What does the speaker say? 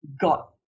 got